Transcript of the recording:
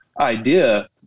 idea